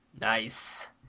nice